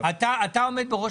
ההיגוי הבין